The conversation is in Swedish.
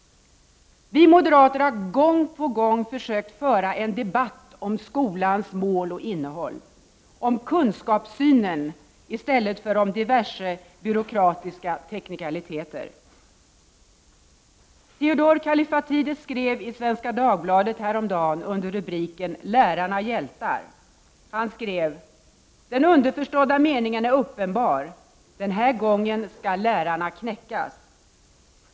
Vi moderater har gång på gång försökt föra en debatt om skolans mål och innehåll, om kunskapssynen, i stället för om diverse byråkratiska teknikaliteter. Theodor Kallifatides skrev i Svenska Dagbladet häromdagen under rubriken Lärarna hjältar: ”Den underförstådda meningen är uppenbar: den här gången skall lärarna knäckas.